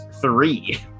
three